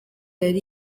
yari